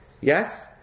Yes